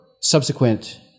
subsequent